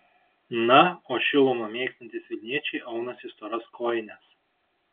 na o šilumą mėgstantys vilniečiai aunasi storas kojines